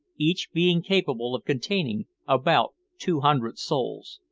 each being capable of containing about two hundred souls.